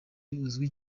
uzwi